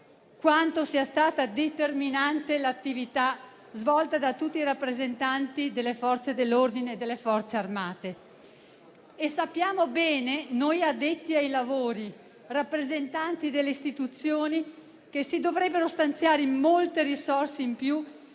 quanto sia stata determinante l'attività svolta da tutti i rappresentanti delle Forze dell'ordine e delle Forze armate. Inoltre, noi addetti ai lavori, rappresentanti delle istituzioni, sappiamo bene che si dovrebbero stanziare molte risorse in più